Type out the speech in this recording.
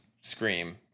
scream